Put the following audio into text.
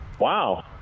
Wow